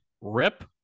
Rip